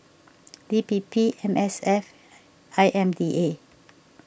D P P M S F I M D A